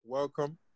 Welcome